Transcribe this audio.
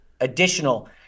additional